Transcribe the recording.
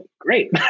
great